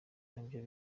nabyo